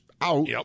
out